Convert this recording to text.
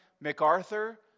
MacArthur